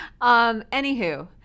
Anywho